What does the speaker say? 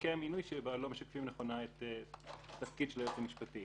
שדרכי המינוי שבה לא משקפים נכונה את התפקיד של היועץ המשפטי.